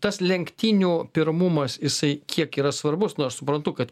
tas lenktynių pirmumas jisai kiek yra svarbus nu aš suprantu kad